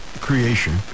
creation